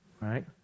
Right